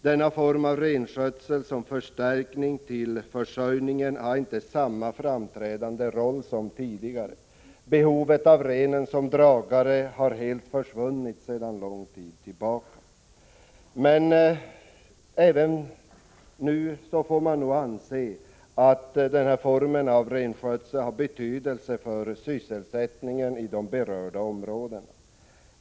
Denna form av renskötsel som förstärkning till försörjningen har inte samma framträdande roll som tidigare. Behovet av renen som dragare har helt försvunnit sedan lång tid tillbaka. Även nu har dock koncessionsrenskötseln betydelse för sysselsättningen i de berörda områdena.